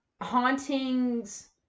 hauntings